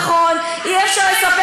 אין לה תשובות,